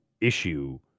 issue